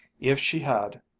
if she had,